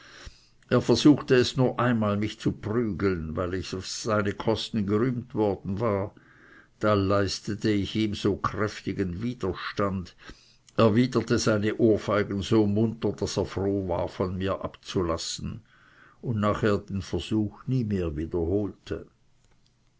er versuchte es nur einmal mich zu prügeln weil ich auf seine kosten gerühmt worden war da leistete ich ihm so kräftigen widerstand erwiderte seine ohrfeigen so munter daß er froh war von mir abzulassen und nachher den versuch nie mehr wiederholte